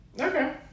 Okay